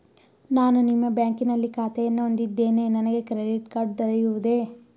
ನಾನು ನಿಮ್ಮ ಬ್ಯಾಂಕಿನಲ್ಲಿ ಖಾತೆಯನ್ನು ಹೊಂದಿದ್ದೇನೆ ನನಗೆ ಕ್ರೆಡಿಟ್ ಕಾರ್ಡ್ ದೊರೆಯುವುದೇ?